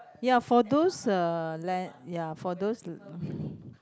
ya for those uh land ya for those